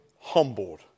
humbled